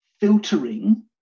filtering